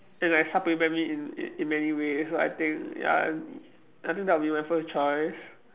and like supplement me in in many ways so I think ya I think that will be my first choice